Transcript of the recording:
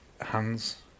hands